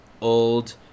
old